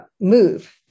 move